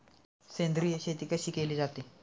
सेंद्रिय शेती कशी केली जाते?